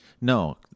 No